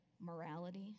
morality